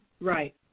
Right